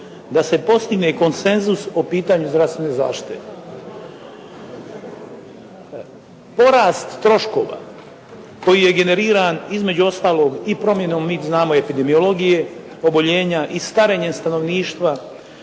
da se postigne konsenzus o pitanju zdravstvene zaštite. Porast troškova koji je generiran između ostalog i promjena u, mi znamo epidemiologije, oboljenja i starenja stanovništva